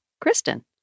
Kristen